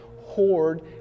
hoard